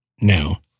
Now